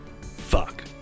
Fuck